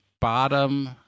bottom